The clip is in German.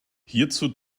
hierzu